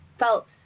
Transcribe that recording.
felt